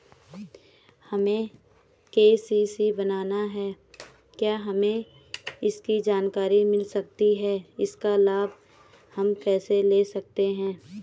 हमें के.सी.सी बनाना है क्या हमें इसकी जानकारी मिल सकती है इसका लाभ हम कैसे ले सकते हैं?